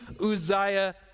Uzziah